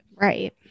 right